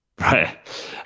Right